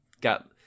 got